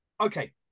Okay